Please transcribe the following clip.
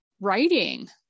writing